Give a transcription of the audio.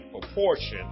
proportion